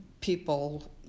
people